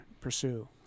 pursue